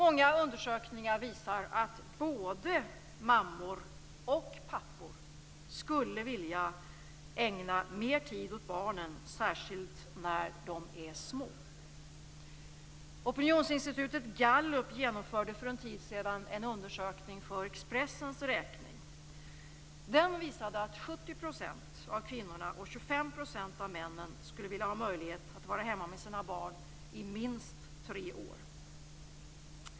Många undersökningar visar att både mammor och pappor skulle vilja ägna mer tid åt barnen, särskilt när de är små. Opinionsinstitutet Gallup genomförde för en tid sedan en undersökning för Expressens räkning. Den visade att 70 % av kvinnorna och 25 % av männen skulle vilja ha möjlighet att vara hemma med sina barn i minst tre år.